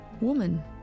Woman